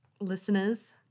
listeners